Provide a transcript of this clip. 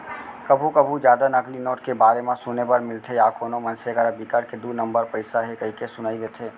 कभू कभू जादा नकली नोट के बारे म सुने बर मिलथे या कोनो मनसे करा बिकट के दू नंबर पइसा हे कहिके सुनई देथे